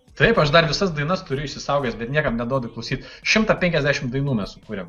tai aš dar visas dainas turiu išsisaugojęs bet niekam neduodu klausyt šimtą penkiasdešimt dainų mes sukūrėm